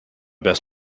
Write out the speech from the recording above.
best